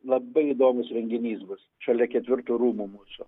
labai įdomus reginys bus šalia ketvirtų rūmų mūsų